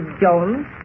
Jones